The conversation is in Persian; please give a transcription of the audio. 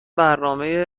برنامه